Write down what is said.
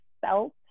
felt